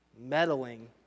meddling